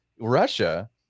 Russia